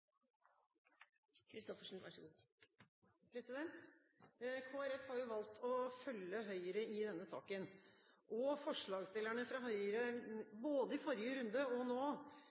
har valgt å følge Høyre i denne saken. Forslagsstillerne fra Høyre viser, både i forrige runde og nå,